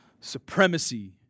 Supremacy